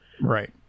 Right